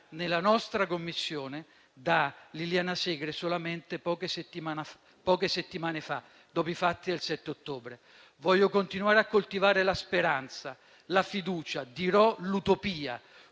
nella nostra Commissione da Liliana Segre solamente poche settimane fa, dopo i fatti del 7 ottobre: «voglio continuare a coltivare la speranza, la fiducia, dirò l'utopia.